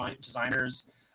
designers